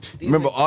Remember